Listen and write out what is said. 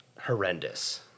horrendous